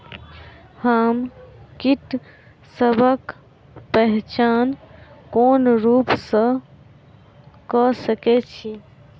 हम कीटसबक पहचान कोन रूप सँ क सके छी?